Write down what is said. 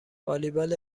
والیبال